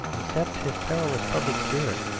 except his perilous public spirit.